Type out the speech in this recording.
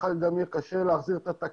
ככה גם יהיה קשה להחזיר את התקנה.